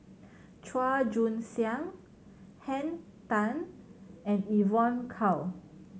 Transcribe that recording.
Chua Joon Siang Henn Tan and Evon Kow